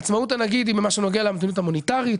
עצמאות הנגיד היא במה שנוגע למדיניות המוניטרית,